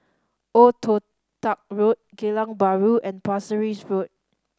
Old Toh Tuck Road Geylang Bahru and Pasir Ris Road